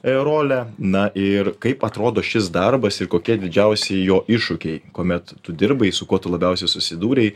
role na ir kaip atrodo šis darbas ir kokie didžiausi jo iššūkiai kuomet tu dirbai su kuo tu labiausiai susidūrei